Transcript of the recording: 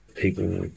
People